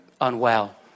unwell